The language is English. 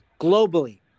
globally